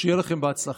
שיהיה לכם בהצלחה.